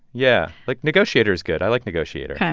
yeah, like, negotiator's good. i like negotiator ok.